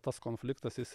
tas konfliktas jis